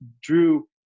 drew